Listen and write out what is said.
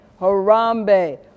Harambe